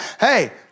Hey